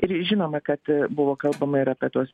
ir žinoma kad buvo kalbama ir apie tuos